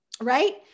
right